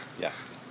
yes